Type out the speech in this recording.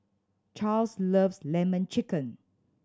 Charls loves Lemon Chicken